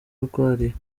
arwariye